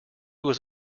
was